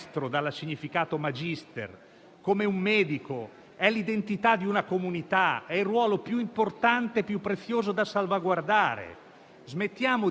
dobbiamo riconoscere che non siamo all'interno di una fase economica, nella quale si possa parlare di ordinarietà.